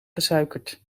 gesuikerd